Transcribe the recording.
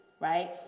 right